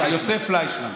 יוסף פליישמן.